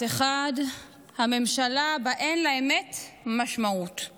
אחד: הממשלה שבה אין משמעות לאמת,